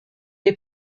les